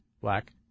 black